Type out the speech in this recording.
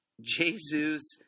Jesus